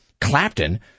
Clapton